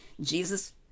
Jesus